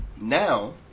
Now